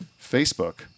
Facebook